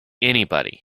anybody